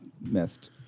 missed